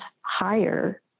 higher